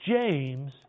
James